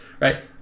Right